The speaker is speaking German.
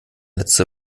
letzte